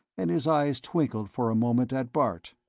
and his eyes twinkled for a moment at bart.